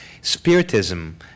Spiritism